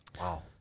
Wow